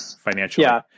financially